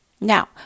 Now